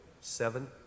Seven